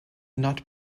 not